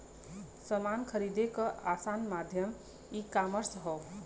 समान खरीदे क आसान माध्यम ईकामर्स हौ